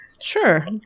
sure